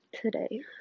today